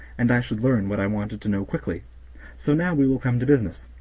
and i should learn what i wanted to know quickly so now we will come to business.